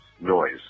noise